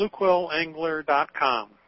bluequillangler.com